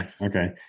Okay